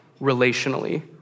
relationally